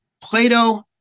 Plato